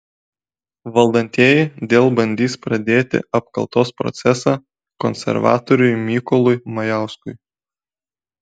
valdantieji dėl bandys pradėti apkaltos procesą konservatoriui mykolui majauskui